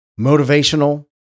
motivational